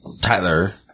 Tyler